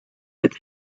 with